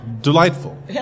delightful